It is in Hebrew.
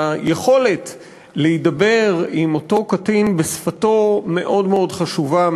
היכולת להידבר עם אותו קטין בשפתו מאוד מאוד חשובה,